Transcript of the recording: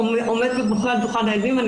עומדים ובוכים על דוכן העדים אני